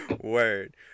Word